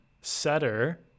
Setter